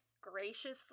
graciously